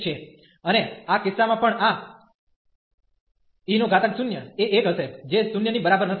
છે અને આ કિસ્સામાં પણ આ e0 એ 1 હશે જે 0 ની બરાબર નથી